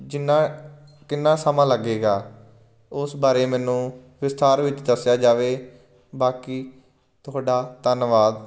ਜਿੰਨਾ ਕਿੰਨਾ ਸਮਾਂ ਲੱਗੇਗਾ ਉਸ ਬਾਰੇ ਮੈਨੂੰ ਵਿਸਥਾਰ ਵਿੱਚ ਦੱਸਿਆ ਜਾਵੇ ਬਾਕੀ ਤੁਹਾਡਾ ਧੰਨਵਾਦ